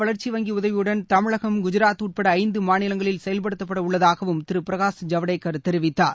வளர்ச்சி வங்கி உதவியுடன் தமிழகம் குஜராத் உட்பட ஐந்து இதேபோன்ற திட்டம் ஆசிய மாநிலங்களில் செயல்படுத்தப்பட உள்ளதாகவும் திரு பிரகாஷ் ஜவடேக்கர் தெரிவித்தார்